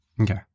Okay